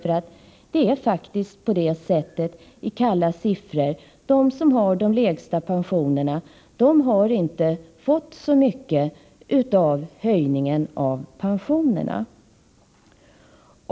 I kalla siffror är det faktiskt på det sättet att de som har de lägsta pensionerna inte har fått så stor höjning av dessa.